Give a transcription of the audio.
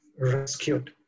rescued